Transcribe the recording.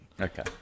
Okay